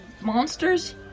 monsters